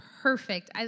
perfect